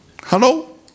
Hello